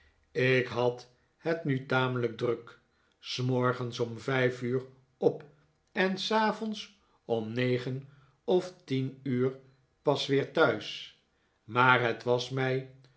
ik had het nu tamelijk druk s morgens om vijf uur op en s avonds om negen of tien uur pas weer thuis maar het was mij